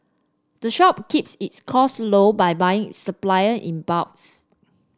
the shop keeps its costs low by buying its supply in bulks